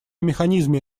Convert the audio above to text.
механизме